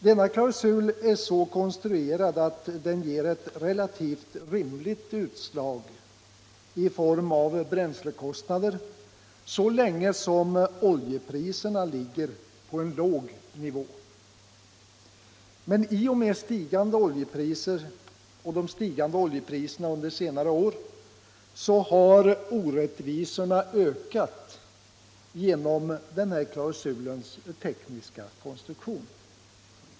Denna klausul är så konstruerad att den ger ett relativt rimligt utslag i form av bränslekostnader så länge oljepriserna ligger på en låg nivå. Men i och med de stigande oljepriserna under senare år har orättvisorna ökat genom klausulens tekniska konstruktion.